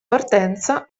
partenza